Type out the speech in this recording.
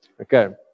okay